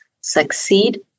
succeed